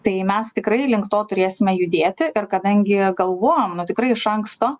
tai mes tikrai link to turėsime judėti ir kadangi galvojam nu tikrai iš anksto